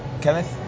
Kenneth